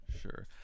Sure